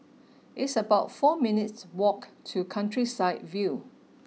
it's about four minutes' walk to countryside view